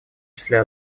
числе